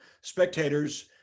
spectators